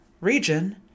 region